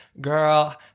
girl